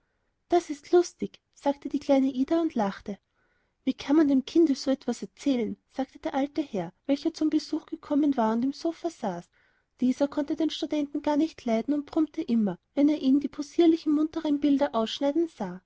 das ist lustig sagte die kleine ida und lachte wie kann man einem kinde so etwas erzählen sagte der alte herr welcher zum besuch gekommen war und im sopha saß dieser konnte den studenten gar nicht leiden und brummte immer wenn er ihn die possierlichen munteren bilder ausschneiden sah